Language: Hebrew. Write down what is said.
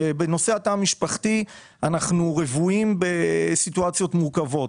ובנושא התא המשפחתי אנחנו רוויים בסיטואציות מורכבות.